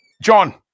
John